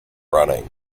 running